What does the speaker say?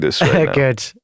Good